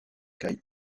kyle